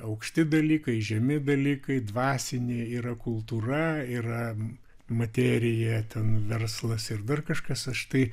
aukšti dalykai žemi dalykai dvasiniai yra kultūra yra materija ten verslas ir dar kažkas aš tai